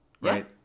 right